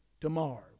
tomorrow